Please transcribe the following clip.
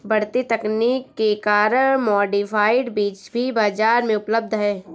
बढ़ती तकनीक के कारण मॉडिफाइड बीज भी बाजार में उपलब्ध है